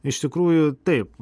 iš tikrųjų taip